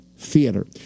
Theater